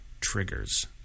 triggers